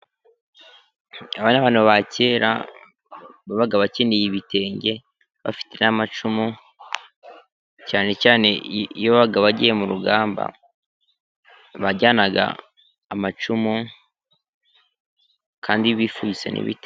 Bariya bantu ba kera babaga bakenyeye ibitenye bafite n'amacumu, cyane cyane iyo babaga bagiye mu rugamba, bajyanaga amacumu kandi bifubitse n'ibitenge.